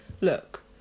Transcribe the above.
Look